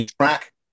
track